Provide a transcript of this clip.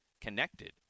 connected